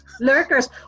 Lurkers